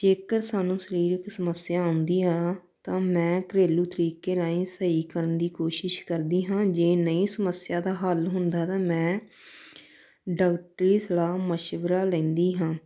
ਜੇਕਰ ਸਾਨੂੰ ਸਰੀਰਕ ਸਮੱਸਿਆ ਆਉਂਦੀ ਆ ਤਾਂ ਮੈਂ ਘਰੇਲੂ ਤਰੀਕੇ ਰਾਹੀਂ ਸਹੀ ਕਰਨ ਦੀ ਕੋਸ਼ਿਸ਼ ਕਰਦੀ ਹਾਂ ਜੇ ਨਹੀਂ ਸਮੱਸਿਆ ਦਾ ਹੱਲ ਹੁੰਦਾ ਤਾਂ ਮੈਂ ਡਾਕਟਰੀ ਸਲਾਹ ਮਸ਼ਵਰਾ ਲੈਂਦੀ ਹਾਂ